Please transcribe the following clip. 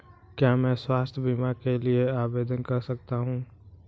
क्या मैं स्वास्थ्य बीमा के लिए आवेदन कर सकता हूँ?